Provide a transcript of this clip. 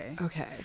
Okay